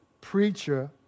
preacher